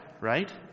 right